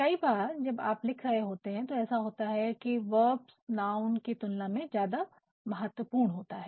कई बार जब आप लिख रहे होते हैं तो ऐसा होता है वर्ब्स नाउन की तुलना में ज्यादा महत्वपूर्ण होता है